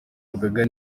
rugaga